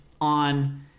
on